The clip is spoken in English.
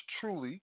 truly